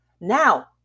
now